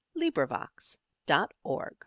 LibriVox.org